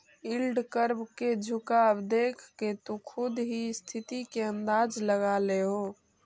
yield curve के झुकाव देखके तु खुद ही स्थिति के अंदाज लगा लेओ